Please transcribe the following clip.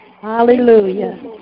hallelujah